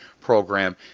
program